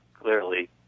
clearly